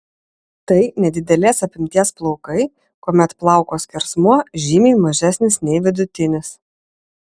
tai nedidelės apimties plaukai kuomet plauko skersmuo žymiai mažesnis nei vidutinis